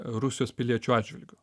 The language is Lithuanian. rusijos piliečių atžvilgiu